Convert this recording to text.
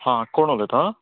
हां कोण उलयता